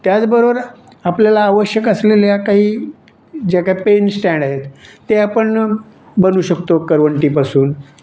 त्याचबरोबर आपल्याला आवश्यक असलेल्या काही ज्या काही पेन स्टँड आहेत ते आपण बनवू शकतो करवंटीपासून